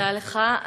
תודה לך,